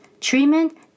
treatment